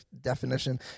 definition